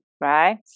right